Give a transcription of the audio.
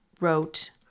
wrote